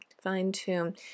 fine-tune